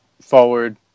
forward